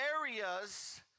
areas